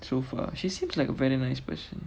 so far she seems like a very nice person